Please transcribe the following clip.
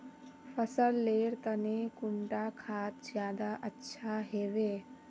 फसल लेर तने कुंडा खाद ज्यादा अच्छा हेवै?